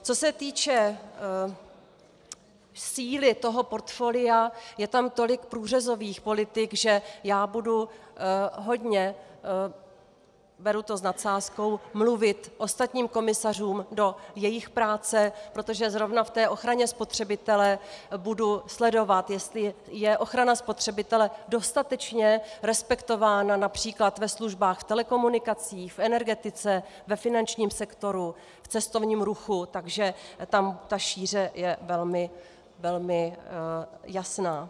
Co se týče síly toho portfolia, je tam tolik průřezových politik, že já budu hodně beru to s nadsázkou mluvit ostatním komisařům do jejich práce, protože zrovna v té ochraně spotřebitele budu sledovat, jestli je ochrana spotřebitele dostatečně respektována například ve službách telekomunikací, energetice, ve finančním sektoru, v cestovním ruchu, takže tam je ta šíře velmi jasná.